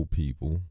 people